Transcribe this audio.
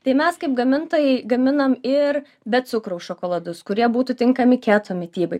tai mes kaip gamintojai gaminam ir be cukraus šokoladus kurie būtų tinkami keto mitybai